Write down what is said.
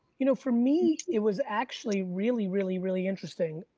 you know, for me, it was actually really, really, really interesting.